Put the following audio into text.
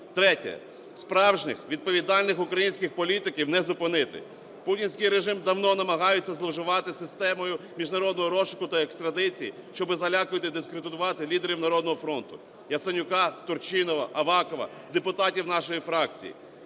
Третє. Справжніх, відповідальних українських політиків не зупинити. Путінський режим давно намагається зловживати системою міжнародного розшуку та екстрадиції, щоб залякувати і дискредитувати лідерів "Народного фронту": Яценюка, Турчинова, Авакова, депутатів нашої фракції.